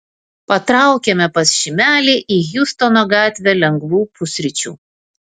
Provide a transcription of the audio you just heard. patraukėme pas šimelį į hjustono gatvę lengvų pusryčių